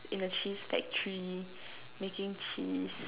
in a cheese factory making cheese